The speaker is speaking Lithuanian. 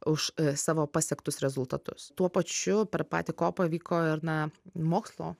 už savo pasiektus rezultatus tuo pačiu per patį ko pavyko ir na mokslo